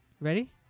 Ready